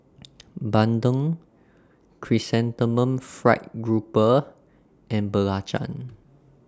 Bandung Chrysanthemum Fried Grouper and Belacan